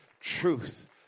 Truth